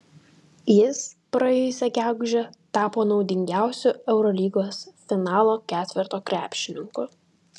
jis praėjusią gegužę tapo naudingiausiu eurolygos finalo ketverto krepšininku